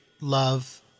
love